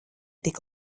tik